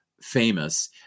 famous